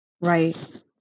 right